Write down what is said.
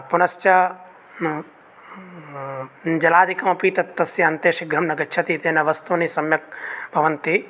पुनश्च जलादिकम् अपि तत् तस्य अन्ते शीघ्रं न गच्छति एतेन वस्तूनि सम्यक् भवन्ति